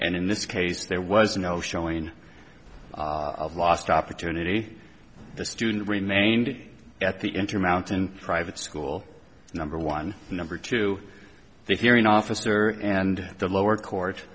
and in this case there was no showing of lost opportunity the student remained at the intermountain private school number one and number two the hearing officer and the lower court